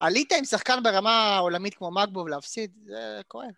עלית עם שחקן ברמה העולמית כמו מאקוב להפסיד, זה כואב.